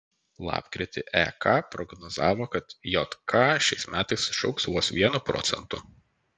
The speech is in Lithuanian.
lapkritį ek prognozavo kad jk šiais metais išaugs vos vienu procentu